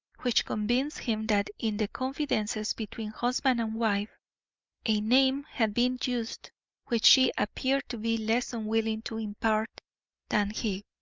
which convinced him that in the confidences between husband and wife a name had been used which she appeared to be less unwilling to impart than he.